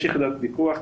יש יחידת פיקוח,